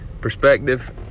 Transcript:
perspective